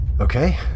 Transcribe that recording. Okay